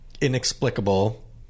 inexplicable